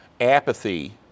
apathy